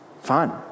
fine